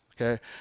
Okay